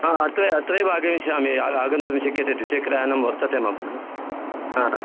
हा अत्रै अत्रैव आगमिष्यामि आगन्तुं शक्यते द्विचक्रयानं वर्तते मम ह